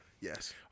Yes